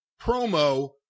promo